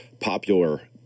popular